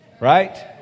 right